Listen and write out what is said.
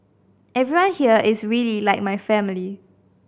everyone here is really like family